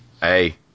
Hey